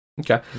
Okay